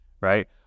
right